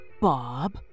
Bob